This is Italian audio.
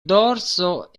dorso